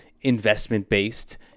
investment-based